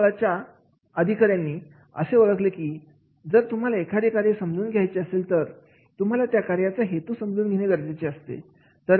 मनुष्यबळाच्या काही अधिकाऱ्यांनी असे ओळखले की जर तुम्हाला एखादे कार्य समजून घ्यायचे असेल तर तुम्हाला त्या कार्याचा हेतू समजून घेणे गरजेचे आहे